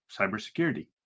cybersecurity